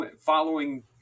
following